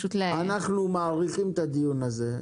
אנחנו מאריכים את הדיון הזה.